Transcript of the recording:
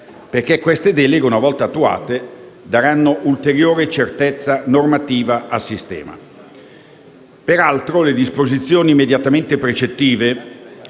affinché queste deleghe, una volta attuate, diano ulteriore certezza normativa al sistema. Peraltro, le disposizioni immediatamente precettive